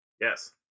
Yes